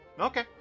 Okay